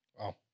wow